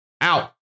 Out